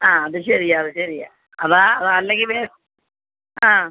ആ അത് ശരിയാണ് അത് ശരിയാണ് അതാണ് അതല്ലെങ്കിൽ വേ ആ